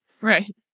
Right